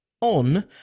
on